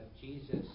Jesus